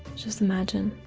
just imagine,